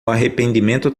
arrependimento